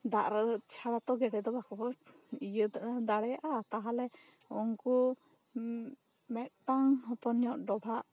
ᱫᱟ ᱨᱮ ᱪᱷᱟᱨᱟ ᱜᱮᱰᱮ ᱫᱚ ᱵᱟᱠᱚ ᱵᱟᱝ ᱤᱭᱟᱹ ᱫᱟᱲᱮᱭᱟᱜᱼᱟ ᱛᱟᱦᱚᱞᱮ ᱩᱱᱠᱩ ᱢᱮᱴᱴᱟᱝ ᱦᱚᱯᱚᱱ ᱧᱚᱜ ᱰᱚᱵᱦᱟ